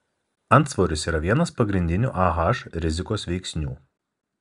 antsvoris yra vienas pagrindinių ah rizikos veiksnių